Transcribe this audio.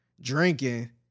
drinking